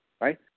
right